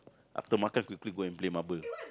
after makan quickly go and play marble